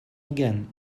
again